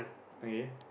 okay